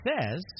says